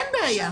אין בעיה.